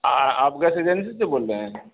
آپ gas agency سے بول رہے ہیں